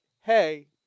hey